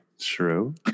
True